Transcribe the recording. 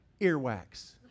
Earwax